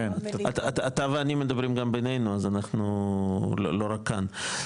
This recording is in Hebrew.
בינינו, לא רק כאן.